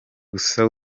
gusa